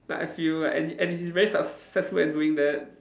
like I feel and he and he is very successful in doing that